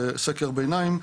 סקר ביניים,